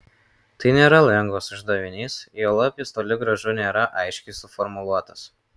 tai nėra lengvas uždavinys juolab jis toli gražu nėra aiškiai suformuluotas